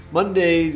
Monday